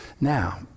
now